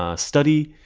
ah study,